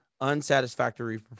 unsatisfactory